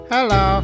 Hello